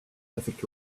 perfect